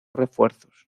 refuerzos